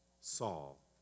Saul